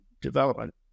development